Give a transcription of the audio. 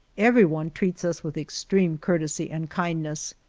everyone treats us with extreme courtesy and kindness,